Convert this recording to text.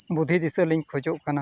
ᱵᱩᱫᱽᱫᱷᱤ ᱫᱤᱥᱟᱹᱞᱤᱧ ᱠᱷᱚᱡᱚᱜ ᱠᱟᱱᱟ